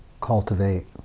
cultivate